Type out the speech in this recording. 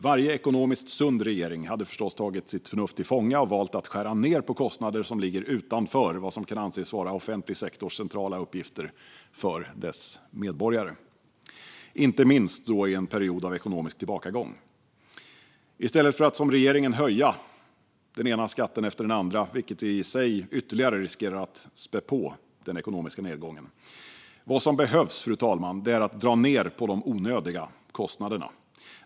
Varje ekonomiskt sund regering hade förstås tagit sitt förnuft till fånga och valt att skära ned på kostnader som ligger utanför vad som kan anses vara offentlig sektors centrala uppgifter för dess medborgare, inte minst i en period av ekonomisk tillbakagång. Den här regeringen höjer i stället den ena skatten efter den andra, vilket i sig riskerar att ytterligare spä på den ekonomiska nedgången. Vad som behövs, fru talman, är att dra ned på de onödiga kostnaderna.